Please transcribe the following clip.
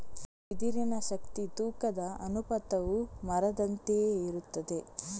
ಬಿದಿರಿನ ಶಕ್ತಿ ತೂಕದ ಅನುಪಾತವು ಮರದಂತೆಯೇ ಇರುತ್ತದೆ